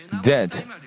dead